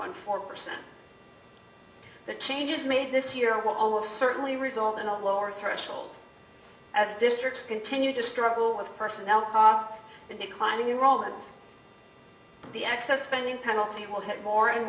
one four percent the changes made this year will almost certainly result in a lower threshold as districts continue to struggle with personnel costs and declining rowland's the excess spending penalty will hit more and